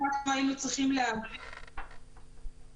אצל אחד מהעובדים זה נמצא אצלו באופן ישיר.